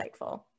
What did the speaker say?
insightful